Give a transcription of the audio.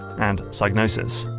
and psygnosis.